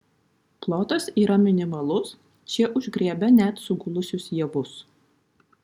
plotas yra minimalus šie užgriebia net sugulusius javus